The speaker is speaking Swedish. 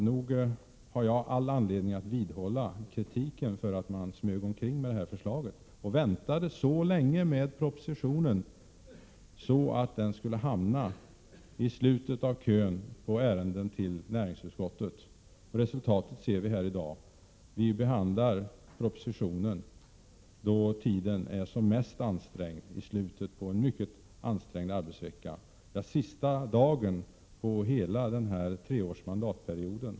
Nog har jag all anledning att vidhålla kritiken mot att det smögs omkring med detta förslag och väntades så länge med propositionen att den skulle hamna i slutet av kön av ärenden till näringsutskottet. Resultatet ser vi i dag. Vi behandlar propositionen då tiden är som mest ansträngd, i slutet av en mycket intensiv arbetsvecka, sista dagen på hela den treåriga mandatperioden.